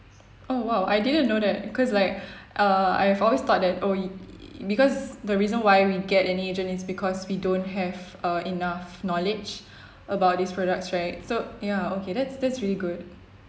oh !wow! I didn't know that cause like err I've always thought that oh because the reason why we get an agent is because we don't have uh enough knowledge about these products right so ya okay that's that's really good